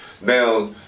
Now